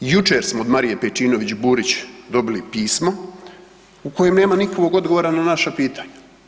Jučer smo od Marije Pejčinović Burić dobili pismo u kojem nema nikakvog odgovora na naša pitanja.